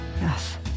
Yes